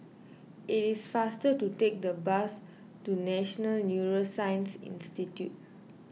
it is faster to take the bus to National Neuroscience Institute